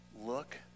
look